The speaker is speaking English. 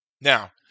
Now